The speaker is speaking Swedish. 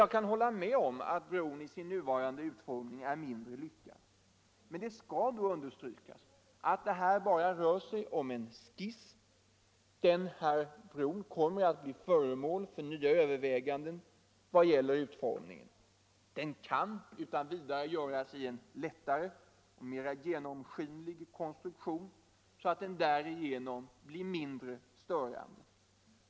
Jag kan hålla med om att bron i sin skisserade utformning är mindre lyckad. Det skall dock framhållas att det här endast rör sig om en skiss. Bron kommer att bli föremål för nya överväganden i vad gäller utformningen. Det kan utan vidare göras en lättare och mer genomskinlig konstruktion, så att bron blir mindre störande.